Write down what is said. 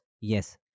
Yes